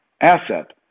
asset